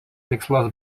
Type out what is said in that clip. tikslas